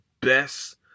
best